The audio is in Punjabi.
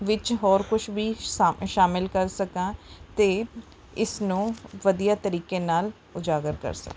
ਵਿੱਚ ਹੋਰ ਕੁਛ ਵੀ ਸਾ ਸ਼ਾਮਿਲ ਕਰ ਸਕਾਂ ਅਤੇ ਇਸ ਨੂੰ ਵਧੀਆ ਤਰੀਕੇ ਨਾਲ ਉਜਾਗਰ ਕਰ ਸਕਾਂ